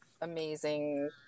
amazing